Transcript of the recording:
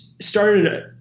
started